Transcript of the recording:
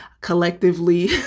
collectively